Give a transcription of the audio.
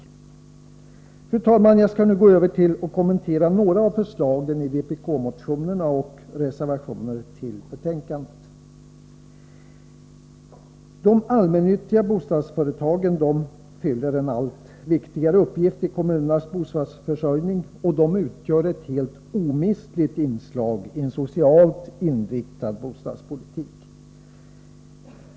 Fru talman! Jag skall nu gå över till att kommentera några av förslagen i vpk-motionerna och våra reservationer till betänkandet. De allmännyttiga bostadsföretagen fyller en allt viktigare uppgift i kommunernas bostadsförsörjning, och de utgör ett helt omistligt inslag i en socialt inriktad bostadspolitik.